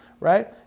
right